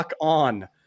on